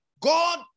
God